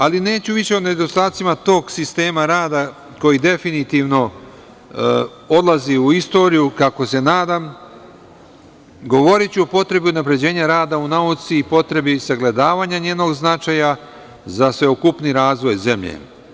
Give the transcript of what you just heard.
Ali, neću više o nedostacima tog sistema rada koji definitivno odlazi u istoriju, kako se nadam, govoriću o potrebi unapređenja rada u nauci i potrebi sagledavanja njenog značaja za sveukupni razvoj zemlje.